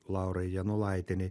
laurai janulaitienei